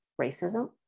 racism